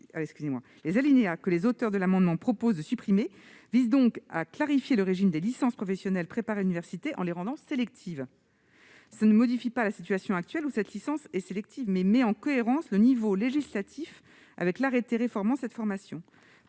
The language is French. Les alinéas que les auteurs de l'amendement proposent de supprimer visent donc à clarifier le régime des licences professionnelles préparées à l'université, en les rendant sélectives. Cela ne modifie pas la situation actuelle- cette licence est déjà sélective -, mais met en cohérence le niveau législatif avec l'arrêté réformant cette formation.